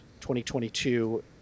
2022